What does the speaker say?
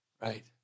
Right